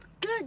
Good